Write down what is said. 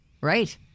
right